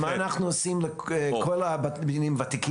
ומה אנחנו עושים עם כל הבניינים הוותיקים?